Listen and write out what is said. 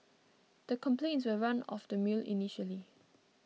the complaints were run of the mill initially